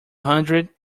hundred